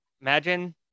Imagine